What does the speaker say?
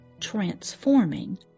transforming